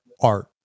art